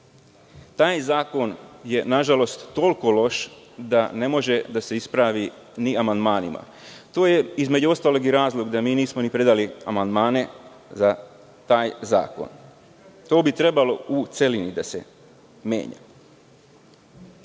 Taj zakon je nažalost toliko loš da ne može da se ispravi ni amandmanima. To je između ostalog i razlog što mi nismo predali amandmane za taj zakon. To bi trebalo u celini da se menja. Imamo